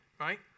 Right